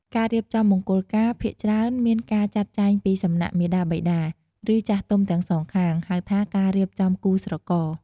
ការរៀបចំមង្គលការភាគច្រើនមានការចាត់ចែងពីសំណាក់មាតាបិតា ឬចាស់ទុំទាំងសងខាង ហៅថាការរៀបចំគូស្រករ។